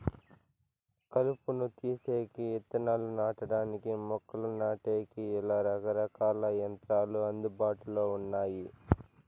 కలుపును తీసేకి, ఇత్తనాలు నాటడానికి, మొక్కలు నాటేకి, ఇలా రకరకాల యంత్రాలు అందుబాటులో ఉన్నాయి